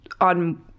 on